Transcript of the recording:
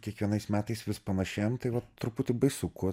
kiekvienais metais vis panašėjam tai va truputį baisu kuo